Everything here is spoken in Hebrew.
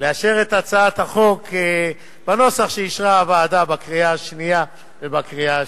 לאשר את הצעת החוק בנוסח שאישרה הוועדה בקריאה השנייה ובקריאה השלישית.